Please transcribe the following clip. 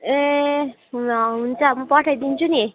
ए ल हुन्छ म पठाइदिन्छु नि